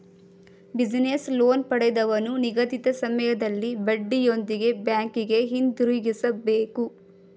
business loan ಪಡೆದವನು ನಿಗದಿತ ಸಮಯದಲ್ಲಿ ಬಡ್ಡಿಯೊಂದಿಗೆ ಬ್ಯಾಂಕಿಗೆ ಹಿಂದಿರುಗಿಸಬೇಕು